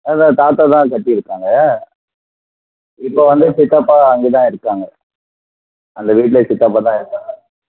அதை தாத்தா தான் கட்டி இருக்காங்க இப்போ வந்து சித்தப்பா அங்கே தான் இருக்காங்க அந்த வீட்டில் சித்தப்பா தான் இருக்காங்க